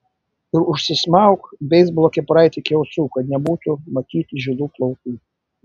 ir užsismauk beisbolo kepuraitę iki ausų kad nebūtų matyti žilų plaukų